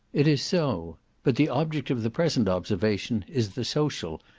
it is so but the object of the present observation is the social,